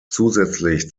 zusätzlich